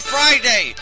Friday